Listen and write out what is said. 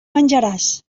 menjaràs